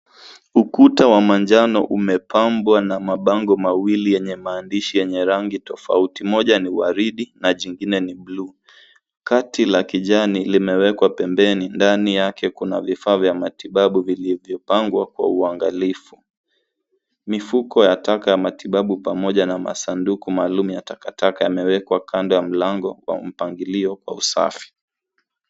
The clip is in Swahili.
Ukuta wa manjano umepambwa na mabango mawili yenye maandishi yenye rangi tofauti. Moja ni waridi na jingine ni bluu. Kati la kijani limewekwa pembeni, ndani yake kuna vifaa vya matibabu vilivyopangwa kwa uangalifu. Mifuko ya taka ya matibabu pamoja na masanduku maalumu ya takataka yamewekwa kando ya mlango kwa mpangilio wa usafi.